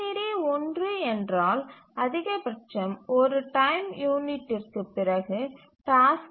D ஒன்று என்றால் அதிகபட்சம் ஒரு டைம் யூனிட்டிற்கு பிறகு டாஸ்க்